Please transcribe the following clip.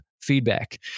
feedback